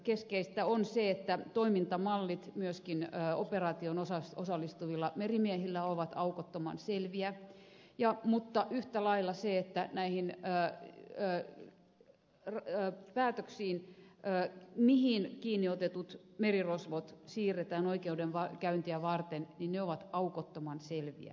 keskeistä on se että toimintamallit myöskin operaatioon osallistuvilla merimiehillä ovat aukottoman selviä mutta yhtä lailla se että nämä päätökset siitä mihin kiinniotetut merirosvot siirretään oikeudenkäyntiä varten ovat aukottoman selviä